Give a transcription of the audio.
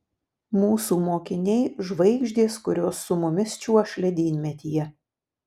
mūsų mokiniai žvaigždės kurios su mumis čiuoš ledynmetyje